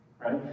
right